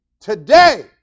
Today